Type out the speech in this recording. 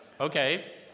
Okay